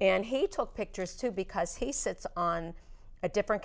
and he took pictures too because he sits on a different